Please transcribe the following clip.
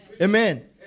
Amen